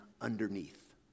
underneath